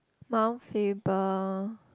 Mount-Faber